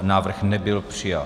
Návrh nebyl přijat.